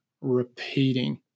repeating